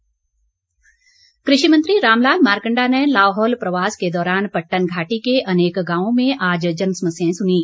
मारकण्डा कृषि मंत्री रामलाल मारकण्डा ने लाहौल प्रवास के दौरान पट्टन घाटी के अनेक गांवों में आज जन समस्याएं सुनीं